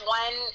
one